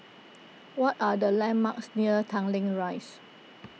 what are the landmarks near Tanglin Rise